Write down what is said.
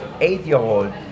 eight-year-old